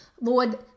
Lord